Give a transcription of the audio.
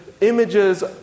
images